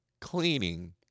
cleaning